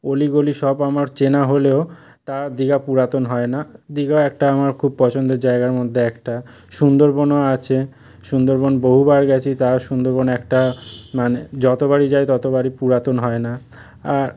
অলিগলি সব আমার চেনা হলেও তা দীঘা পুরাতন হয় না দীঘা একটা আমার খুব পছন্দের জায়গার মধ্যে একটা সুন্দরবনও আছে সুন্দরবন বহুবার গেছি তা সুন্দরবন একটা মানে যতবারই যাই ততবারই পুরাতন হয় না আর